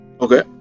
Okay